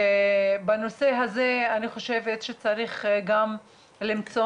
בנושא הזה אני חושבת שצריך גם למצוא